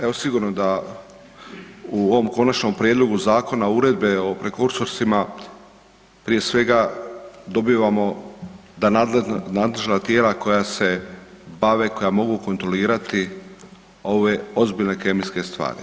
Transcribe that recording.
Evo sigurno da u ovom konačnom prijedlogu zakona uredbe o prekursorima prije svega dobivamo da nadležna tijela koja se bave, koja mogu kontrolirati ove ozbiljne kemijske stvari.